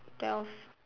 twelve